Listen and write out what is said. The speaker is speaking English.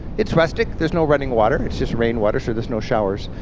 it's rustic, there's no running water, it's just rain water, sure there's no showers,